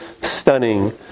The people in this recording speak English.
stunning